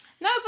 No